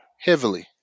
heavily